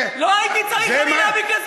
לא הייתי צריך אני להביא כסף,